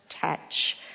touch